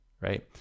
right